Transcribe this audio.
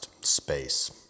space